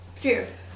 Cheers